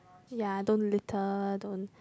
ya don't litter don't